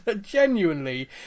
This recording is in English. genuinely